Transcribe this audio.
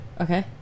Okay